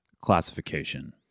classification